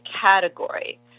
category